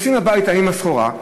נוסעים הביתה עם הסחורה,